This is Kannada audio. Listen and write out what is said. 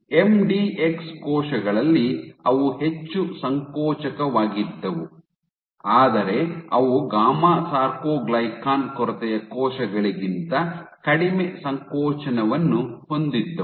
ಎಂಡಿಎಕ್ಸ್ ಕೋಶಗಳಲ್ಲಿ ಅವು ಹೆಚ್ಚು ಸಂಕೋಚಕವಾಗಿದ್ದವು ಆದರೆ ಅವು ಗಾಮಾ ಸಾರ್ಕೊಗ್ಲಿಕನ್ ಕೊರತೆಯ ಕೋಶಗಳಿಗಿಂತ ಕಡಿಮೆ ಸಂಕೋಚನವನ್ನು ಹೊಂದಿದ್ದವು